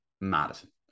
Madison